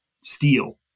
steel